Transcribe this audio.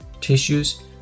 tissues